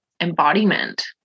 embodiment